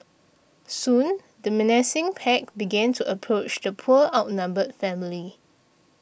soon the menacing pack began to approach the poor outnumbered family